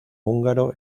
húngaro